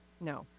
No